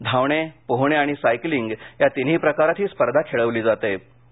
धावणे पोहोणे आणि सायकलींग या तिन्ही प्रकारात ही स्पर्धा खेळवली जाते